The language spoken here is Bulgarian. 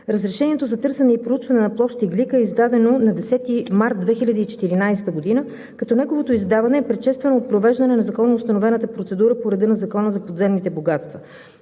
разрешението за търсене и проучване на площ „Иглика“ е издадено на 10 март 2014 г., като неговото издаване е предшествано от провеждане на законоустановената процедура по реда на Закона за подземните богатства.